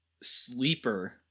sleeper